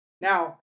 Now